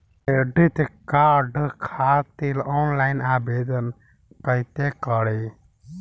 Credit card खातिर online आवेदन कइसे करि?